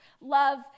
love